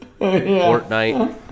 Fortnite